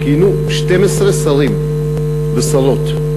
כיהנו 12 שרים ושרות,